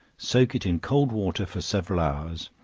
soak it in cold water for several hours,